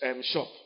shop